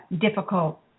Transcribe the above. difficult